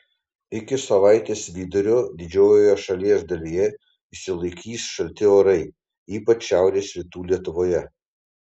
iki savaitės vidurio didžiojoje šalies dalyje išsilaikys šalti orai ypač šiaurės rytų lietuvoje